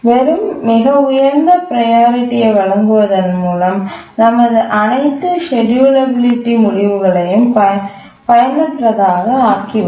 வெறும் மிக உயர்ந்த ப்ரையாரிட்டி யை வழங்குவதன் மூலம் நமது அனைத்து ஷெட்யூல் எபிலிட்டி முடிவுகளையும் பயனற்றதாக ஆக்கிவிடும்